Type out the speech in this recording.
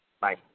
Bye